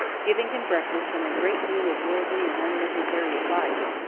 giving him breakfast and a great deal of worldly and unnecessary advice,